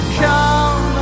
come